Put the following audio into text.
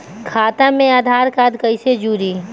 खाता मे आधार कार्ड कईसे जुड़ि?